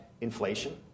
inflation